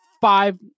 five